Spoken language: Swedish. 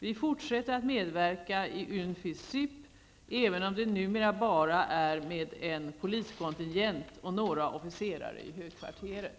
Vi fortsätter att medverka i UNFICYP, även om det numera bara är med en poliskontingent och några officerare i högkvarteret.